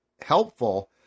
helpful